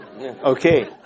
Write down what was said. Okay